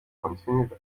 continued